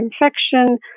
infection